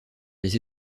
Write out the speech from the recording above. les